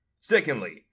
Secondly